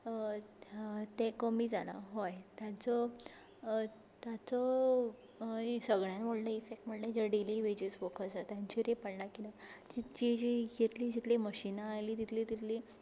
ते कमी जालां हय ताचो ताचो हें सगल्यान व्हडलो इफेक्ट म्हणल्यार जे डेली वेजीस वर्कर आसा तांचेरय पडला कित्याक जितली जितली मशिनां आयलीं तितलीं तितलीं